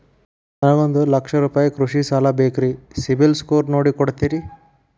ನನಗೊಂದ ಲಕ್ಷ ರೂಪಾಯಿ ಕೃಷಿ ಸಾಲ ಬೇಕ್ರಿ ಸಿಬಿಲ್ ಸ್ಕೋರ್ ನೋಡಿ ಕೊಡ್ತೇರಿ?